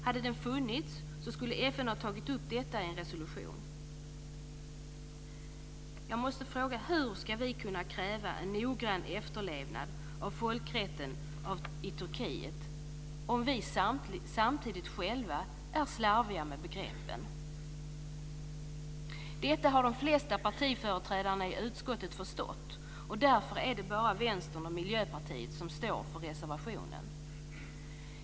Hade den funnits hade FN tagit upp detta i en resolution. Jag måste fråga: Hur ska vi kunna kräva en noggrann efterlevnad av folkrätten i Turkiet om vi samtidigt själva är slarviga med begreppen? Detta har de flesta partiföreträdarna i utskottet förstått. Därför är det bara Vänstern och Miljöpartiet som står för reservationen.